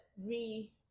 re